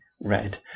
red